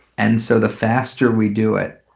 and so the faster we do it,